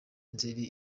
nzeli